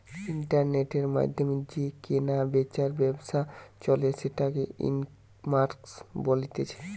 ইন্টারনেটের মাধ্যমে যে কেনা বেচার ব্যবসা চলে সেটাকে ইকমার্স বলতিছে